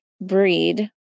breed